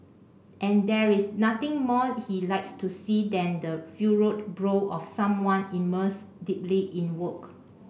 and there is nothing more he likes to see than the furrowed brow of someone immersed deeply in work